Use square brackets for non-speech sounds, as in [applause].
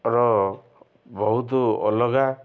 [unintelligible] ବହୁତ ଅଲଗା